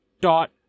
dot